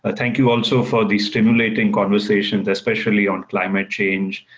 ah thank you also for the stimulating conversations, especially on climate change,